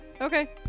Okay